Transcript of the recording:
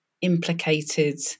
implicated